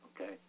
Okay